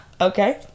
Okay